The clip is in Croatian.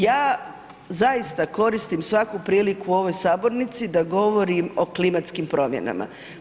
Ja zaista koristim svaku priliku u ovoj sabornici da govorim o klimatskim promjenama.